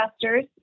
investors